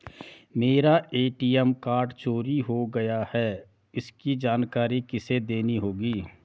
मेरा ATM card चोरी हो गया है इसकी जानकारी किसे देनी होगी?